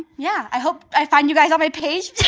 yeah, i hope i find you guys on my page.